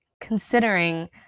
Considering